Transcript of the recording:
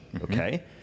Okay